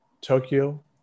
Tokyo